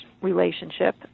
relationship